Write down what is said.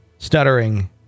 stuttering